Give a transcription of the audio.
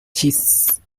chis